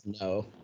no